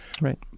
Right